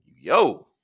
Yo